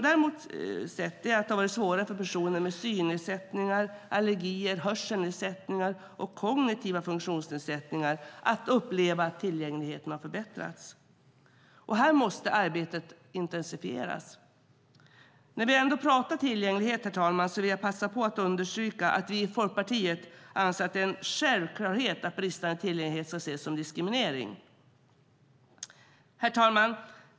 Däremot har det visat sig vara svårare för personer med synnedsättningar, allergier, hörselnedsättningar och kognitiva funktionsnedsättningar att uppleva att tillgängligheten har förbättrats. Här måste arbetet intensifieras. När vi ändå pratar om tillgänglighet, herr talman, vill jag passa på att understryka att vi i Folkpartiet anser att det är en självklarhet att bristande tillgänglighet ska ses som diskriminering. Herr talman!